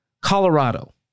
Colorado